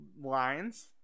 lines